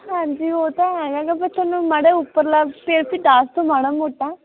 ਹਾਂਜੀ ਉਹ ਤਾਂ ਹੈਗਾ ਗਾ ਨਾ ਪਰ ਤੁਹਾਨੂੰ ਮਾੜਾ ਉੱਪਰਲਾ ਫਿਰ ਵੀ ਦੱਸ ਦਿਓ ਮਾੜਾ ਮੋਟਾ